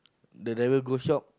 the driver close shop